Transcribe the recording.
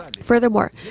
furthermore